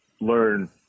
learn